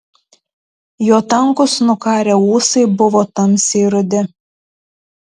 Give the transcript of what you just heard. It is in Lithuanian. jo tankūs nukarę ūsai buvo tamsiai rudi